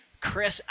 chris